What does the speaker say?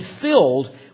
filled